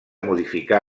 modificar